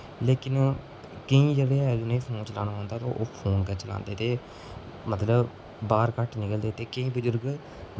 लेकिन केईं जेह्ड़े ऐ जि'नेंगी फोन चलाना आंदा तां ओह् फोन गै चलांदे ते मतलब बाह्र घट्ट निकदे ते केईं बजुर्ग